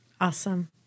Awesome